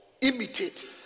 imitate